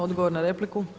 Odgovor na repliku.